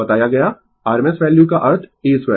बताया गया RMS value का अर्थ a2